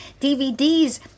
DVDs